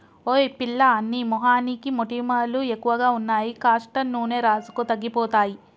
ఓయ్ పిల్లా నీ మొహానికి మొటిమలు ఎక్కువగా ఉన్నాయి కాస్టర్ నూనె రాసుకో తగ్గిపోతాయి